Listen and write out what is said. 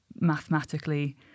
mathematically